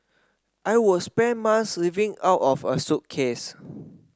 I would spend months living out of a suitcase